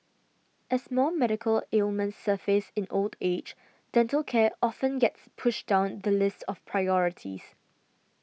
as more medical ailments surface in old age dental care often gets pushed down the list of priorities